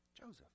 Joseph